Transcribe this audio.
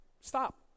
stop